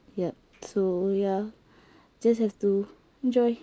yup so ya just have to enjoy